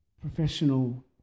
professional